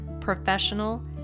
professional